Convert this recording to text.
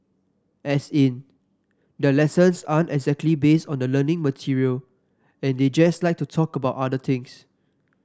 as in their lessons aren't exactly based on the learning material and they just like to talk about other things